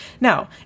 Now